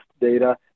data